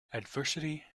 adversity